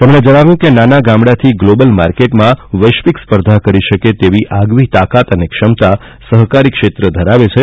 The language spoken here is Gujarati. તેમણે જણાવ્યું કે નાના ગામડાથી ગ્લોંબલ માર્કેટમાં વૈશ્વિક સ્પર્ધા કરી શકે તેવી આગવી તાકાત અને ક્ષમતા સહકારી ક્ષેત્ર ધરાવે છે